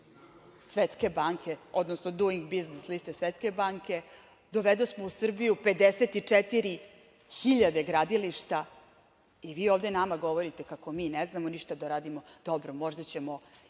Svetske banke, odnosno Duing biznis liste Svetske banke, dovedosmo u Srbiju 54 hiljade gradilišta, i vi ovde nama govorite kako mi ne znamo ništa da radimo. Dobro, možda ćemo